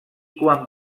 quan